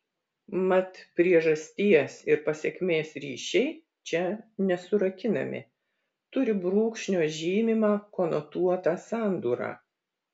mat priežasties ir pasekmės ryšiai čia nesurakinami turi brūkšnio žymimą konotuotą sandūrą